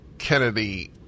Kennedy